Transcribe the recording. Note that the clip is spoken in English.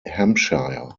hampshire